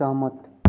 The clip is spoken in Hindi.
सहमत